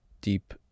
deep